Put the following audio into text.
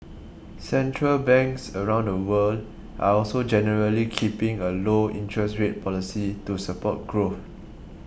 central banks around the world are also generally keeping a low interest rate policy to support growth